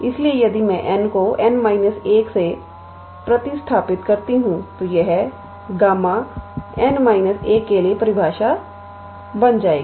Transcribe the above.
इसलिए यदि मैं n को 𝑛 1 से प्रतिस्थापित करती हूं तो यह Γ𝑛 − 1 के लिए परिभाषा बन जाएगी